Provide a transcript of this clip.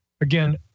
again